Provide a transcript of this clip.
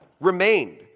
remained